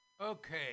Okay